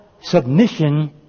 submission